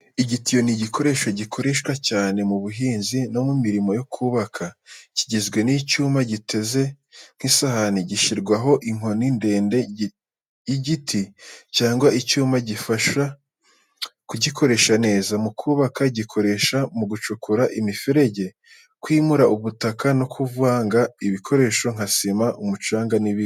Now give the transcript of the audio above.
Igitiyo ni igikoresho gikoreshwa cyane mu buhinzi no mu mirimo yo kubaka. Kigizwe n’icyuma giteze nk’isahani, gishyirwaho inkoni ndende y’igiti cyangwa icyuma gifasha kugikoresha neza. Mu kubaka, gikoreshwa mu gucukura imiferege, kwimura ubutaka no kuvanga ibikoresho nka sima, umucanga n’ibindi.